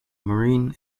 marine